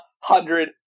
hundred